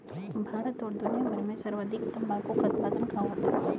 भारत और दुनिया भर में सर्वाधिक तंबाकू का उत्पादन कहां होता है?